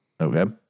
Okay